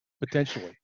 potentially